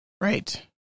Right